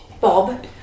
Bob